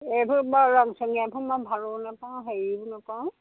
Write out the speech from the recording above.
এইবোৰ মই ৰঙচঙীয়াখন মই ভালো নেপাওঁ হেৰিও নকৰোঁ